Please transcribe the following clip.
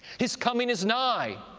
his coming is nigh,